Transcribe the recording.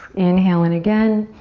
inhale in again.